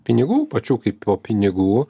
pinigų pačių kaipo pinigų